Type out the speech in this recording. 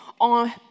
on